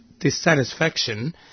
Dissatisfaction